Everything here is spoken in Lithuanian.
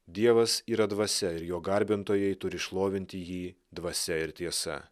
dievas yra dvasia ir jo garbintojai turi šlovinti jį dvasia ir tiesa